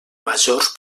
majors